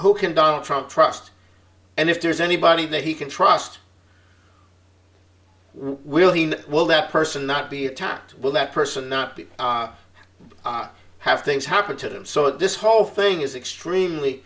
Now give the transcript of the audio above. who can donald trump trust and if there's anybody that he can trust will he will that person not be attacked will that person not be have things happen to them so this whole thing is extremely